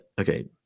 Okay